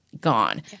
gone